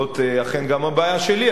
זאת אכן גם הבעיה שלי,